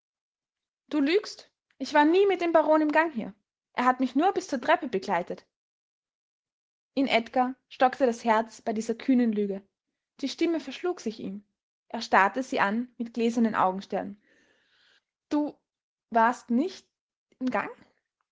du lügst ich war nie mit dem baron im gang hier er hat mich nur bis zur treppe begleitet in edgar stockte das herz bei dieser kühnen lüge die stimme verschlug sich ihm er starrte sie an mit gläsernen augensternen du warst nicht im gang